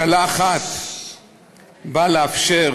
הקלה אחת באה לאפשר